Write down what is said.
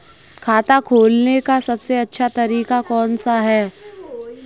खाता खोलने का सबसे अच्छा तरीका कौन सा है?